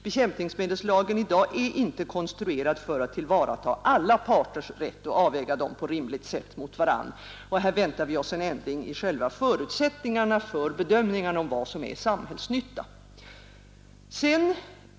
Bekämpningsmedelslagen i dag är inte konstruerad för att tillvarata alla parters rätt och avväga dem på rimligt sätt mot varandra. Här väntar vi oss en ändring i själva förutsättningarna för bedömningarna om vad som är samhällsnytta.